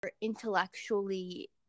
intellectually